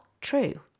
true